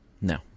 No